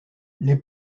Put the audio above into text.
les